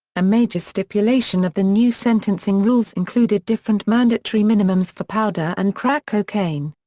a major stipulation of the new sentencing rules included different mandatory minimums for powder and crack cocaine.